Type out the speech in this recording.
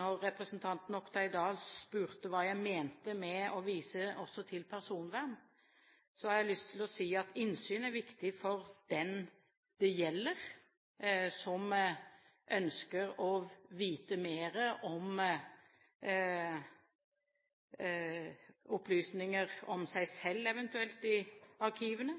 Når representanten Oktay Dahl spurte hva jeg mente med å vise også til personvern, har jeg lyst til å si at innsyn er viktig for den det gjelder, som ønsker å vite mer om opplysninger om eventuelt seg selv i arkivene.